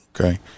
okay